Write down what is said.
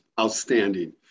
Outstanding